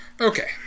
Okay